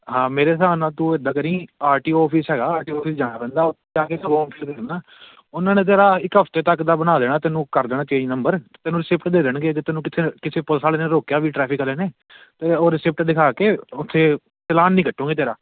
ਹਾਂ ਮੇਰੇ ਹਿਸਾਬ ਨਾਲ਼ ਤੂੰ ਇੱਦਾਂ ਕਰੀ ਆਰ ਟੀ ਓ ਔਫਿਸ ਹੈਗਾ ਆਰ ਟੀ ਓ ਔਫਿਸ ਜਾਣਾ ਪੈਂਦਾ ਉੱਥੇ ਜਾ ਕੇ ਫੋਰਮ ਫਿਲ ਹੁੰਦਾ ਉਹਨਾਂ ਨੇ ਤੇਰਾ ਇੱਕ ਹਫ਼ਤੇ ਤੱਕ ਦਾ ਬਣਾ ਦੇਣਾ ਤੈਨੂੰ ਕਰ ਦੇਣਾ ਚੇਂਜ ਨੰਬਰ ਤੈਨੂੰ ਰਿਸਿਪਟ ਦੇ ਦੇਣਗੇ ਜੇ ਤੈਨੂੰ ਕਿੱਥੇ ਕਿਸੇ ਪੁਲਿਸ ਵਾਲੇ ਨੇ ਰੋਕਿਆ ਵੀ ਟ੍ਰੈਫ਼ਿਕ ਵਾਲੇ ਨੇ ਤਾਂ ਉਹ ਰਿਸਿਪਟ ਦਿਖਾ ਕੇ ਉੱਥੇ ਚਲਾਨ ਨਹੀਂ ਕੱਟੂੰਗੇ ਤੇਰਾ